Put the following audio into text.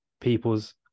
people's